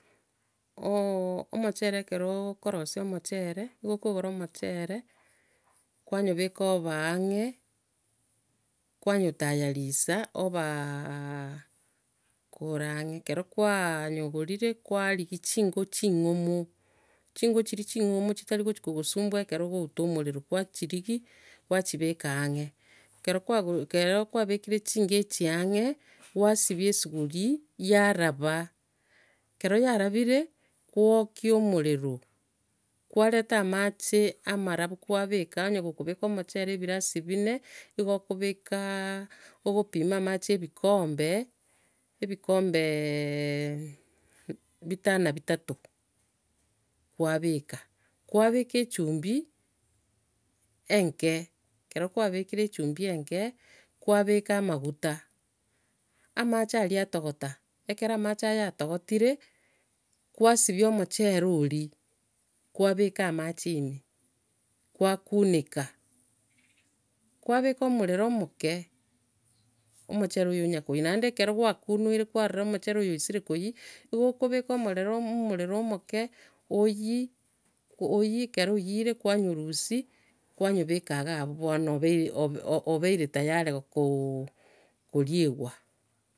omochere ekero okorosia omochere, nigo okogora omochere, kwanyobeka obe ang'e, kwanyotayarisa obe kore ang'e. Ekero kwanyogorire, kwarigia chinko nching'omo, chinko chiri ching'omo chitari gochia kogosumbua ekero ogouta omorero kwachirigia, kwachibeka ang'e. Ekero kwago- ekero kwabekire chinko echi ang'e, kwasibia esuguria, yaraba. Ekero yarabire, kwaokia omorero, kwareta amache amarabu kwabeka, onya gokobeka omochere ebirasi binee, nigo okobekaa ogopima amache ebikombe, ebikombe bi- bitana bitato kwabeka. Kwabeka echumbi, enke. Ekero kwabekire echumbi enke, kwabeka amaguta, amache aria atogota, ekero amache aya atogotire, kwasibia omochere oria, kwabeka amache ime, kwakuneka, kwabeka omorero omoke omochere oiyo onya koiyia. Naende ekero kwakunoire kwarora omochere oiyo oisire koiyia, nigo okobeka omorero om- m- omorero omoke, oiyie, ekero oiyiire, kwanyorusia, kwanyobeka iga abuo, bono obeire- ob- obeire tayari ko- koriegwa.